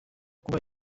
kuba